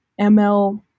ML